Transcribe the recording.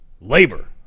labor